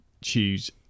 choose